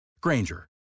Granger